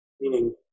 Meaning